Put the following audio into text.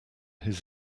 his